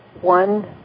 one